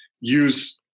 use